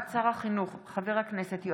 בנושא: השבת שעות הטיפול לתלמידי המוכש"ר והעברת מתווה